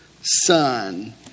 son